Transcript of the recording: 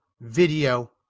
video